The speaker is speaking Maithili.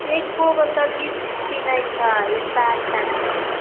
एको गो दबी पीची नहि छै अच्छा अच्छा छै